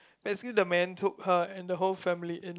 actually the man took her and the whole family in